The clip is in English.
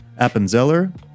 Appenzeller